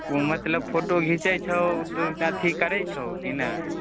ओ मतलब फोटो घिचै छहो तऽ अथी करै छहो कि नहि